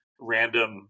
random